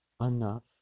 enough